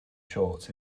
shorts